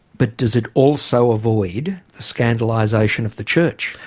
but does it also avoid scandalisation of the church?